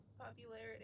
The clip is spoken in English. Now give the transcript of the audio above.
popularity